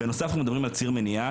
בנוסף אנחנו מדברים על ציר מניעה,